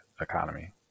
economy